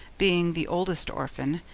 being the oldest orphan,